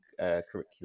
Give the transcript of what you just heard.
curriculum